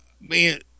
Man